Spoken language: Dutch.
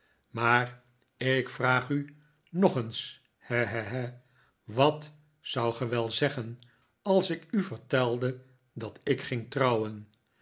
maar ik vraag u nog eens he he he wat zoudt ge wel zeggen als ik u vertelde dat ik ging trouwen